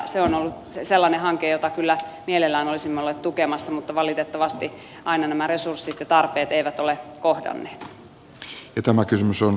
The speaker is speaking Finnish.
se on ollut sellainen hanke jota kyllä mielellämme olisimme olleet tukemassa mutta valitettavasti aina nämä resurssit ja tarpeet eivät ole kohdanneet